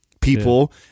People